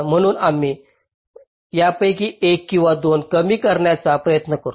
म्हणून आम्ही त्यापैकी एक किंवा दोन्ही कमी करण्याचा प्रयत्न करू